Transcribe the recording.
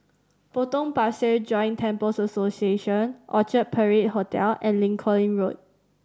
Potong Pasir Joint Temples Association Orchard Parade Hotel and Lincoln Road